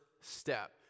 step